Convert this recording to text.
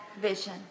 vision